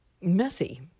messy